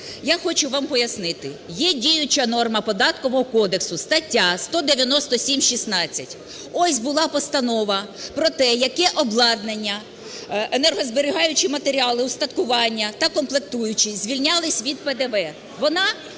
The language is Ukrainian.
я хочу вам пояснити. Є діюча норма Податкового кодексу, стаття 197-16. Ось була постанова про те, яке обладнання, енергозберігаючі матеріали, устаткування та комплектуючі звільнялись від ПДВ.